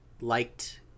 liked